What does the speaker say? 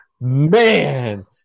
man